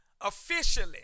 officially